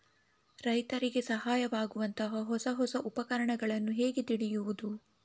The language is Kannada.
ರೈತರಿಗೆ ಸಹಾಯವಾಗುವಂತಹ ಹೊಸ ಹೊಸ ಉಪಕರಣಗಳನ್ನು ಹೇಗೆ ತಿಳಿಯುವುದು?